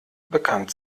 bekannt